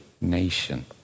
nation